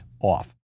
off